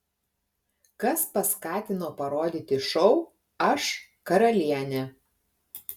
kas paskatino parodyti šou aš karalienė